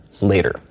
later